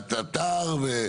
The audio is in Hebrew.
ובקביעת האתר.